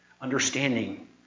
understanding